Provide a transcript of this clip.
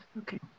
Okay